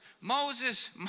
Moses